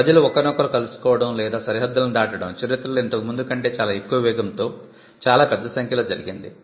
ప్రజలు ఒకరినొకరు కలుసుకోవడం లేదా సరిహద్దులను దాటడం చరిత్రలో ఇంతకుముందు కంటే చాలా ఎక్కువ వేగంతో చాలా పెద్ద సంఖ్యలో జరిగింది